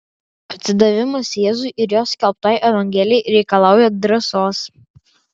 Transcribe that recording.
atsidavimas jėzui ir jo skelbtai evangelijai reikalauja drąsos